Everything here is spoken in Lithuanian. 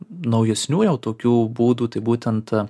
naujesnių jau tokių būdų tai būtent